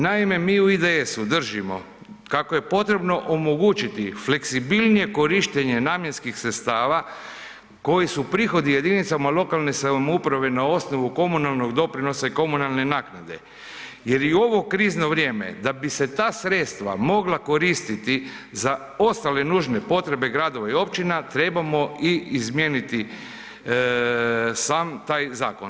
Naime, mi u IDS-u držimo kako je potrebno omogućiti fleksibilnije korištenje namjenskih sredstava koji su prihodi jedinicama lokalne samouprave na osnovu komunalnog doprinosa i komunalne naknade jer i u ovo krizno vrijeme da bi se ta sredstva mogla koristiti za ostale nužne potrebe gradova i općina trebamo i izmijeniti sam taj zakon.